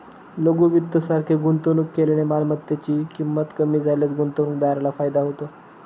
लघु वित्त सारखे गुंतवणूक केल्याने मालमत्तेची ची किंमत कमी झाल्यास गुंतवणूकदाराला फायदा होतो